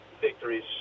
victories